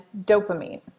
dopamine